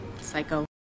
psycho